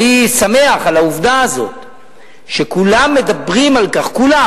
אני שמח על העובדה הזאת שכולם מדברים על כך כולם,